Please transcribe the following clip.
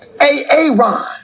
A-A-Ron